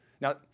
Now